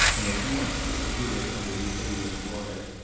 and at once disappeared under the eddying water.